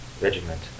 regiment